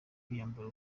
kwiyambura